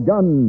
Gun